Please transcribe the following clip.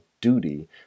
duty